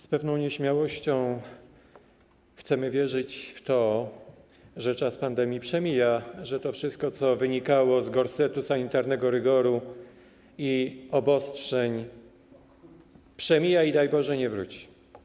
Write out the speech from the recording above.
Z pewną nieśmiałością chcemy wierzyć w to, że czas pandemii przemija, że to wszystko, co wynikało z gorsetu sanitarnego rygoru i obostrzeń, przemija i, daj Boże, nie wróci.